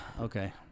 Okay